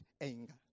anger